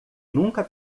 nunca